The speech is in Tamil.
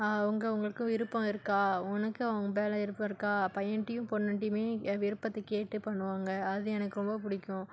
உங்கள் உங்களுக்கு விருப்பம் இருக்கா உனக்கு அவன் மேல் விருப்பம் இருக்கா பையன்ட்டையும் பொண்ணுகிட்டியுமே என் விருப்பத்தை கேட்டு பண்ணுவாங்க அது எனக்கு ரொம்ப பிடிக்கும்